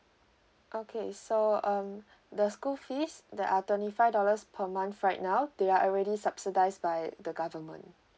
okay so um the school fees that are twenty five dollars per month right now they are already subsidized by the government